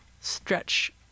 stretch